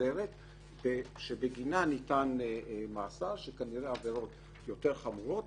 חוזרת שבגינה ניתן מאסר בגלל עבירות יותר חמורות,